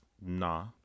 nah